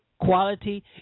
quality